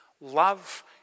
love